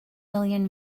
million